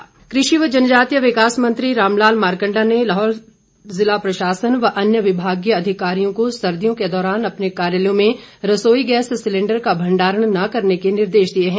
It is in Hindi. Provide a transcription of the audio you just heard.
मारकंडा कृषि व जनजातीय विकास मंत्री रामलाल मारकंडा ने लाहौल जिला प्रशासन व अन्य विभागीय अधिकारियों को सर्दियों के दौरान अपने कार्यालयों में रसोई गैस सिलेंडर का भंडारण न करने के निर्देश दिए हैं